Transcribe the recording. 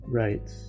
right